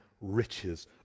riches